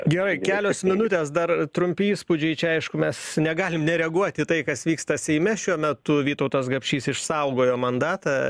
gerai kelios minutės dar trumpi įspūdžiai čia aišku mes negalim nereaguot į tai kas vyksta seime šiuo metu vytautas gapšys išsaugojo mandatą